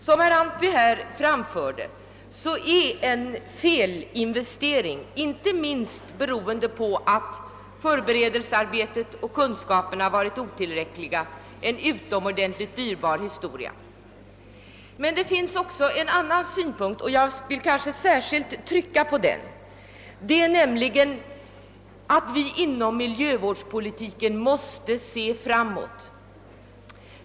Som herr Antby sade är en felinvestering, som beror inte minst på att förberedelsearbetet och kunskaperna varit otillräckliga, en utomordentligt dyrbar historia. Men det finns också en annan sak, som jag här särskilt vill trycka på nämligen: att vi: inom miljövårdspolitiken måste se framåt.